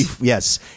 Yes